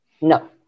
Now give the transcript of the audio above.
no